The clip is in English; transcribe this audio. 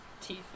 teeth